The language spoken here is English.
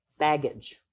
baggage